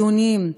דיונים,